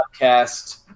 podcast